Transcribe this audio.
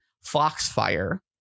Foxfire